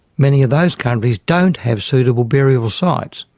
many of those countries don't have suitable burial sites.